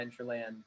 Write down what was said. adventureland